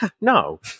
no